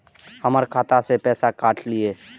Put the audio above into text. हमर खाता से पैसा काट लिए?